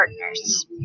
partners